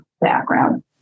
background